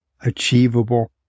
achievable